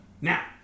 Now